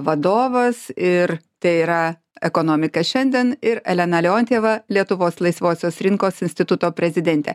vadovas ir tai yra ekonomika šiandien ir elena leontjeva lietuvos laisvosios rinkos instituto prezidentė